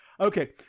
Okay